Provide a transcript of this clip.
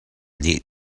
nih